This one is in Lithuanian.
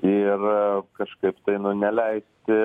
ir kažkaip tai nu neleisti